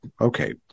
okay